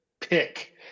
pick